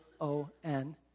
O-N